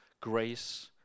grace